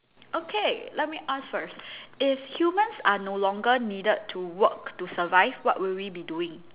okay let me ask first if humans are no longer needed to work to survive what will we be doing